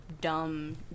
dumb